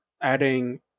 adding